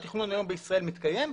כפי שהתכנון היום בישראל מתקיים,